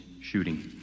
shooting